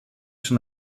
son